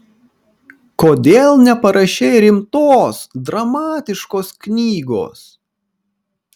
kodėl neparašei rimtos dramatiškos knygos